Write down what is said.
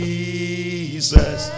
Jesus